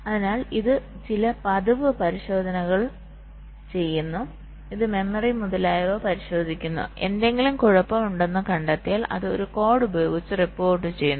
അതിനാൽ ഇത് ചില പതിവ് പരിശോധനകൾ ചെയ്യുന്നു ഇത് മെമ്മറി മുതലായവ പരിശോധിക്കുന്നു എന്തെങ്കിലും കുഴപ്പമുണ്ടെന്ന് കണ്ടെത്തിയാൽ അത് ഒരു കോഡ് ഉപയോഗിച്ച് റിപ്പോർട്ട് ചെയ്യുന്നു